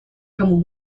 кому